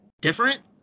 different